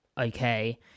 okay